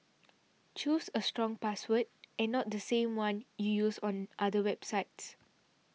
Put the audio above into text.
choose a strong password and not the same one you use on other websites